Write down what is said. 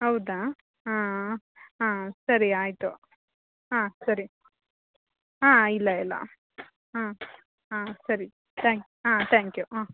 ಹೌದಾ ಹಾಂ ಹಾಂ ಸರಿ ಆಯಿತು ಹಾಂ ಸರಿ ಹಾಂ ಇಲ್ಲ ಇಲ್ಲ ಹಾಂ ಹಾಂ ಸರಿ ತ್ಯಾಂಕ್ ಹಾಂ ತ್ಯಾಂಕ್ ಯು ಹಾಂ